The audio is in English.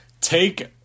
take